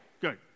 Good